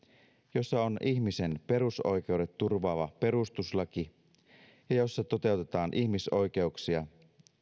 jossa on ihmisen perusoikeudet turvaava perustuslaki ja jossa toteutetaan ihmisoikeuksia